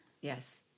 Yes